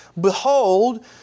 Behold